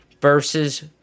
versus